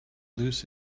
lose